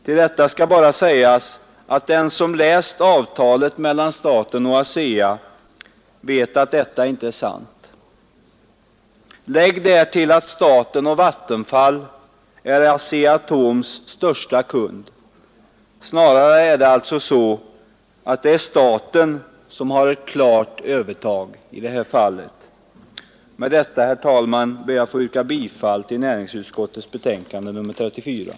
Till detta skall bara sägas att den som har läst avtalet mellan staten och ASEA vet att detta inte är sant. Lägg därtill att staten och Vattenfall är ASEA-Atoms största kund! Snarare har alltså staten ett klart övertag i det här fallet. Med detta ber jag, herr talman, att få yrka bifall till utskottets hemställan.